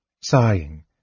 sighing